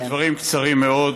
בדברים קצרים מאוד,